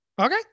Okay